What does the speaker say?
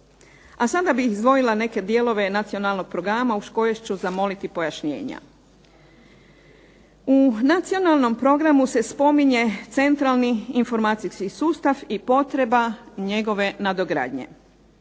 A sada bih izdvojila neke dijelove Nacionalnog programa uz koje ću zamoliti pojašnjenja. U Nacionalnom programu se spominje centralni informacijski sustav i potreba njegove nadogradnje.